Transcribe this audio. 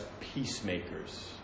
peacemakers